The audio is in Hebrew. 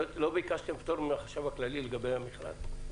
לא ביקשתם פטור מהחשב הכללי לגבי המכרז?